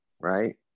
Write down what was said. Right